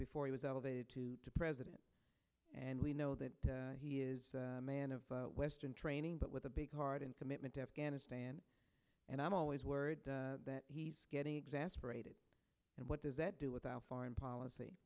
before he was elevated to the president and we know that he is a man of western training but with a big heart and commitment to afghanistan and i'm always worried that he's getting exasperated and what does that do with our foreign policy